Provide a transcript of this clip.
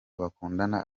bakundana